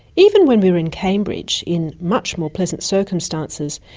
even when we were in cambridge in much more pleasant circumstances,